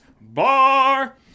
Bar